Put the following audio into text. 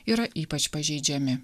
yra ypač pažeidžiami